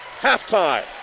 Halftime